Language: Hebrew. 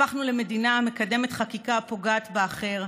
הפכנו למדינה המקדמת חקיקה הפוגעת באחר,